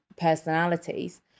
personalities